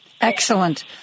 excellent